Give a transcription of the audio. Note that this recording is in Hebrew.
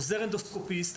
עוזר אנדוסקופיסט.